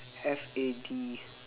F A D